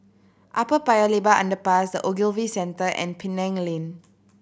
Upper Paya Lebar Underpass The Ogilvy Centre and Penang Lane